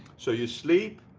so you sleep,